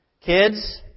kids